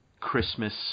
Christmas